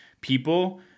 people